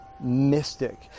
mystic